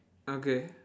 okay